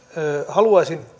haluaisin